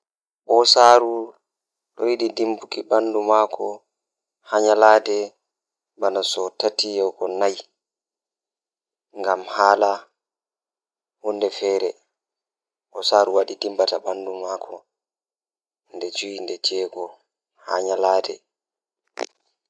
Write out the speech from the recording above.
Wuluki nange be wakkati nange don laata caappan e nay e jweenay nden jemma bo don laata cappan e jweetati e didi feere e tati feere e nay.